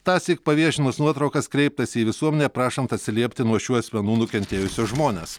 tąsyk paviešinus nuotraukas kreiptasi į visuomenę prašant atsiliepti nuo šių asmenų nukentėjusius žmones